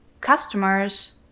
customers